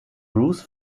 bruce